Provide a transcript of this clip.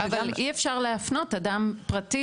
אבל אי אפשר להפנות אדם פרטי,